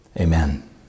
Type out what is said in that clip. Amen